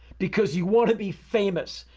because you want to be famous.